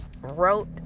wrote